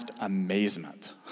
amazement